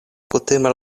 kutime